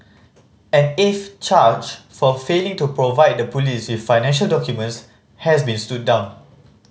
an eighth charge for failing to provide the police with financial documents has been stood down